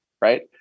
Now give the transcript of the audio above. Right